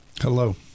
Hello